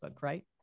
right